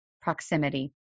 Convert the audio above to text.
proximity